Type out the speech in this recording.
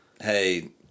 hey